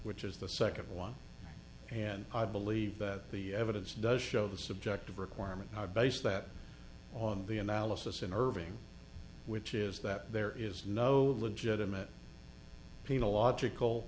which is the second one and i believe that the evidence does show the subject of requirement i base that on the analysis in irving which is that there is no legitimate people logical